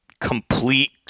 complete